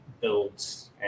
builds